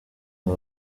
ngo